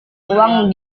uang